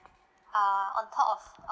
uh on top of